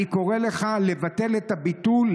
אני קורא לך לבטל את הביטול,